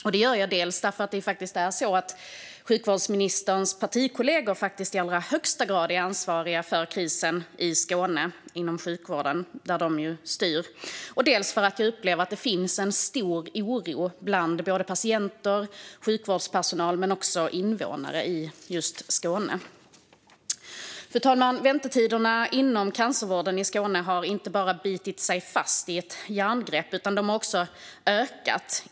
Jag gör det dels för att sjukvårdsministerns partikollegor faktiskt i allra högsta grad är ansvariga för krisen inom sjukvården i Skåne, där de ju styr, dels för att jag upplever att det finns en stor oro bland både patienter och sjukvårdspersonal men också bland invånare i Skåne. Fru talman! Väntetiderna inom cancervården i Skåne har inte bara bitit sig fast, utan de har också ökat.